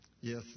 Yes